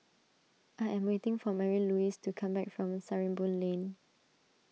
I am waiting for Marylouise to come back from Sarimbun Lane